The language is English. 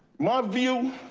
my view,